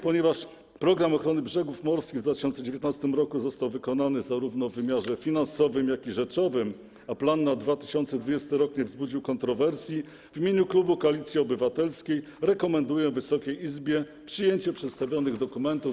Ponieważ „Program ochrony brzegów morskich” w 2019 r. został wykonany zarówno w wymiarze finansowym, jak i rzeczowym, a plan na 2020 r. nie wzbudził kontrowersji, w imieniu klubu Koalicji Obywatelskiej rekomenduję Wysokiej Izbie przyjęcie przedstawionych dokumentów.